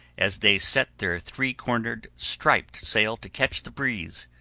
as they set their three-cornered, striped sail to catch the breeze,